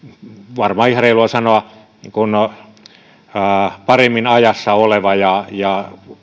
varmaan ihan reilua sanoa paremmin ajassa oleva ja ja